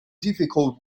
difficult